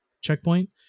checkpoint